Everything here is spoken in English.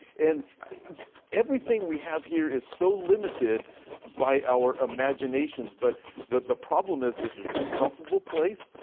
and everything we have here is so limited by our imaginations but the problem is this is a comfortable place.